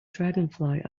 dragonfly